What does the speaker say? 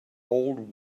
old